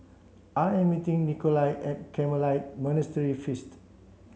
I am meeting Nikolai at Carmelite Monastery feast